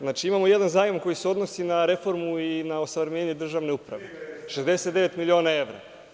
Znači, imamo jedan zajam koji se odnosi na reformu i na osavremenjivanje državne uprave, 69 miliona evra.